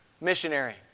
Missionary